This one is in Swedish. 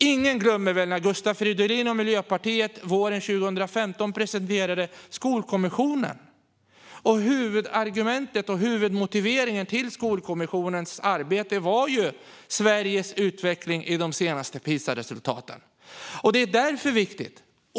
Ingen glömmer väl när Gustav Fridolin och Miljöpartiet våren 2015 presenterade Skolkommissionen. Huvudargumentet och huvudmotiveringen till Skolkommissionens arbete var ju Sveriges utveckling i de senaste PISA-resultaten. Detta är därför viktigt.